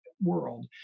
world